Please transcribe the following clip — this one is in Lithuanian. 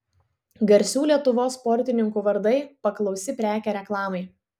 garsių lietuvos sportininkų vardai paklausi prekė reklamai